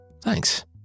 thanks